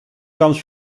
comes